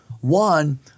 one